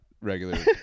regular